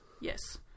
Yes